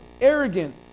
arrogant